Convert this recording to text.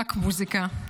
רק מוזיקה,